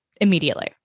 immediately